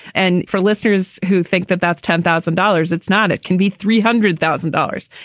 and for listeners who think that that's ten thousand dollars, it's not it can be three hundred thousand dollars,